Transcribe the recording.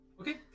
Okay